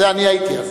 זה אני הייתי אז,